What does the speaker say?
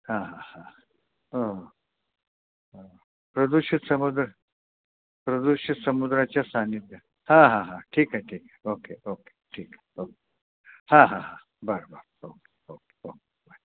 हां हां हां हो प्रदूषित समुद्र प्रदूषित समुद्राच्या सान्निध्यात हां हां हां ठीक आहे ठीक आहे ओके ओके ठीक आहे के हां हां हां बरं बरं ओके ओके ओके बाय